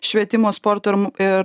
švietimo sporto ir ir